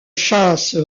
châsse